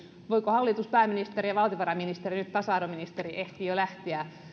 voiko hallitus pääministeri ja valtiovarainministeri nyt tasa arvoministeri ehti jo lähteä